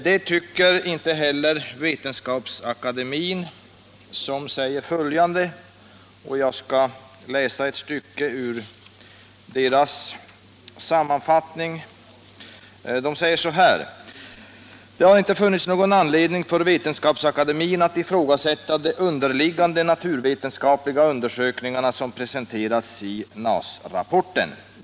Det tycker inte heller Vetenskapsakademien, som säger följande i sin sammanfattning: ”Det har inte funnits någon anledning för Vetenskapsakademien att ifrågasätta de underliggande naturvetenskapliga undersökningsresultaten som presenterats i NAS-rapporten.